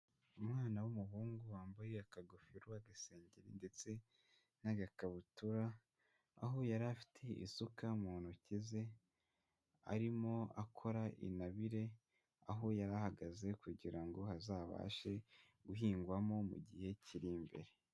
Umwana w'umuhungu wambaye akagofero, agaseri ndetse n'agakabutura aho yari afite isuka mu ntoki ze arimo akora intabire aho yarahagaze kugira ngo hazabashe guhingwamo mu gihe kiri imbere.